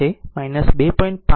તેથી તે પાવર માટે 10 ઇ છે 2